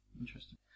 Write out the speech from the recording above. Interesting